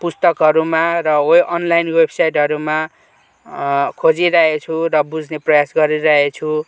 पुस्तकहरूमा र अनलाइन वेबसाइटहरूमा खोजिरहेछु र बुझ्ने प्रयास गरिरहेछु